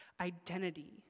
identity